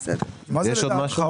יש עוד משהו?